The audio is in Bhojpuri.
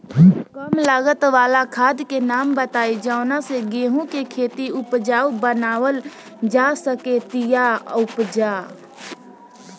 कम लागत वाला खाद के नाम बताई जवना से गेहूं के खेती उपजाऊ बनावल जा सके ती उपजा?